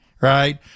Right